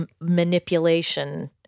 manipulation